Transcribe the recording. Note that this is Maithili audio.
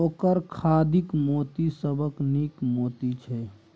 ओकर खाधिक मोती सबसँ नीक मोती छै